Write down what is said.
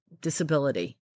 disability